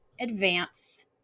Advance